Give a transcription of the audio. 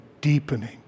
deepening